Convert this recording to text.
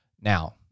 Now